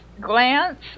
glance